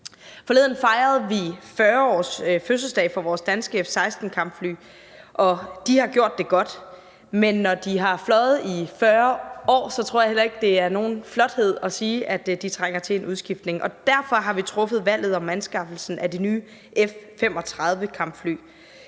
Forleden fejrede vi 40-årsfødselsdag for vores danske F-16-kampfly. De har gjort det godt, men når de har fløjet i 40 år, tror jeg heller ikke, at det er nogen flothed at sige, at de trænger til en udskiftning. Derfor har vi truffet valget om anskaffelsen af de nye F-35-kampfly.